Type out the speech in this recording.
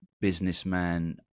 businessman